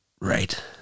right